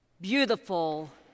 beautiful